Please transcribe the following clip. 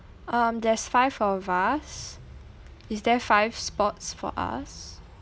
um there's five of us is there five spots for us